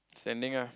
standing ah